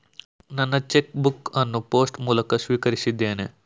ನನ್ನ cheque book ಅನ್ನು post ಮೂಲಕ ಸ್ವೀಕರಿಸಿದ್ದೇನೆ